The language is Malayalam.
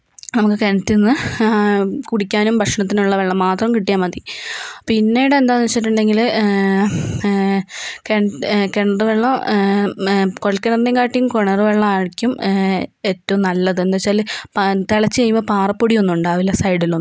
നമുക്ക് കിണറ്റിൽ നിന്ന് കുടിക്കാനും ഭക്ഷണത്തിനും ഉള്ള വെള്ളം മാത്രം കിട്ടിയാൽ മതി പിന്നീട് എന്താന്ന് വെച്ചിട്ടുണ്ടെങ്കില് കിണറ് വെള്ളം കുഴൽ കിണറിനെക്കാട്ടിലും കിണറ് വെള്ളമായിരിക്കും ഏറ്റവും നല്ലത് എന്താന്ന് വെച്ചാല് തിളച്ച് കഴിയുമ്പോൾ പാറപ്പൊടിയൊന്നും ഉണ്ടാകില്ല സൈഡിലൊന്നും